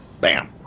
bam